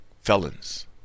felons